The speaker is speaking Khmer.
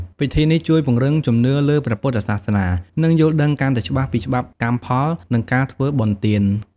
ពិធីនេះជួយពង្រឹងជំនឿលើព្រះពុទ្ធសាសនា និងយល់ដឹងកាន់តែច្បាស់ពីច្បាប់កម្មផល និងការធ្វើបុណ្យទាន។